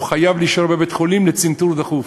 הוא חייב להישאר בבית-חולים לצנתור דחוף.